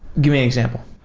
give me an example.